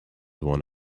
one